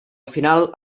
final